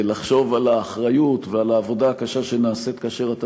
לחשוב על האחריות ועל העבודה הקשה שנעשית כאשר אתה